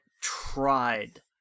tried